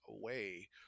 away